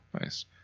nice